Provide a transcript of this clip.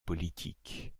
politique